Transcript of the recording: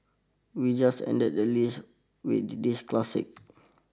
we just ended the list with this classic